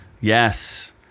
Yes